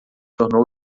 tornou